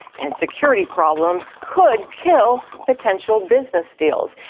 and security problems could kill potential business deals.